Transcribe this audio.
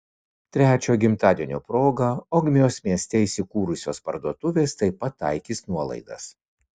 trečiojo gimtadienio proga ogmios mieste įsikūrusios parduotuvės taip pat taikys nuolaidas